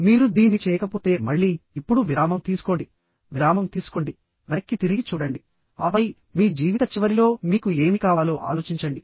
మీరు దీన్ని చేయకపోతే మళ్ళీ ఇప్పుడు విరామం తీసుకోండి విరామం తీసుకోండి వెనక్కి తిరిగి చూడండి ఆపై మీ జీవిత చివరిలో మీకు ఏమి కావాలో ఆలోచించండి